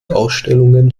ausstellungen